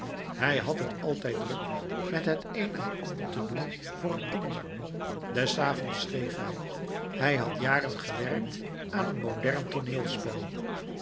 hij had het altijd druk met het een en ander te doen voor een ander des avonds louis couperus metamorfoze schreef hij hij had jaren gewerkt aan een modern tooneelspel